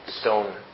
stone